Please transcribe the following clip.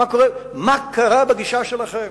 מה קורה, מה קרה בגישה שלכם.